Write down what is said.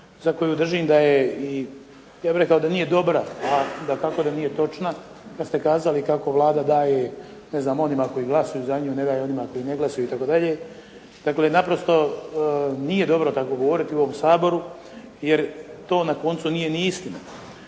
za koju držim da je i, ja bih rekao da nije dobra, a dakako da nije točna kad ste kazali kako Vlada daje, ne znam, onima koji glasuju za nju. Ne daje onima koji ne glasuju i tako dalje. Dakle naprosto nije dobro tako govoriti u ovom Saboru jer to na koncu nije ni istina.